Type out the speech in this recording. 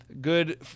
good